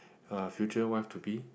uh future wife to be